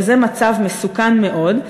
וזה מצב מסוכן מאוד.